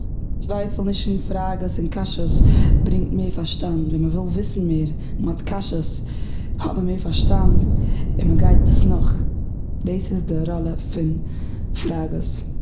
צווייפעלנישן פראגעס און קשיא'ס ברענגט מער פארשטאנד ווי מ'וויל וויסן מער קשיא'ס האט מען מער פארשטאנד און מ'גייט עס נאך. דאס איז די ראלע פון פראגעס.